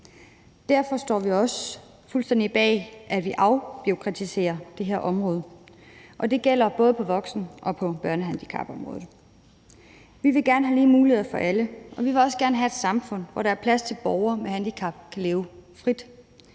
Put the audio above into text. Derfor står vi også fuldstændig bag, at vi afbureaukratiserer det her område, og det gælder både på voksen- og på børnehandicapområdet. Vi vil gerne have lige muligheder for alle, og vi vil også gerne have et samfund, hvor der er plads til, at borgere med handicap kan leve frit;